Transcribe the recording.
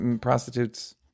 prostitutes